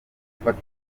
gufata